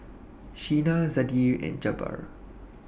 Sheena Zadie and Jabbar